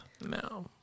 No